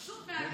פשוט מעניין.